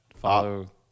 Follow